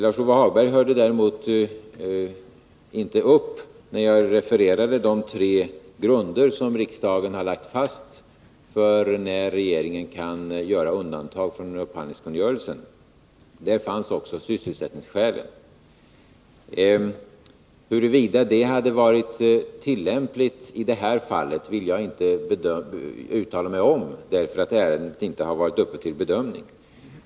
Lars-Ove Hagberg hörde däremot inte upp när jag refererade de tre grunder som riksdagen har lagt fast då det gäller de fall i vilka regeringen kan göra undantag från upphandlingskungörelsen. Där fanns också sysselsättningsskälen. Huruvida det hade varit tillämpligt i detta fall vill jag inte uttala mig om, därför att ärendet inte har varit uppe till bedömning.